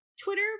Twitter